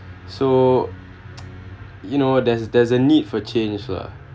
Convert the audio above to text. so you know there's there's a need for change lah